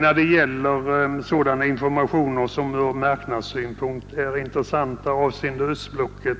När det gäller sådana informationer, som ur marknadssynpunkt är intressanta avseende östblocket,